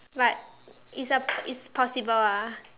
but it's a it's possible ah